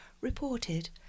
reported